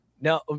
No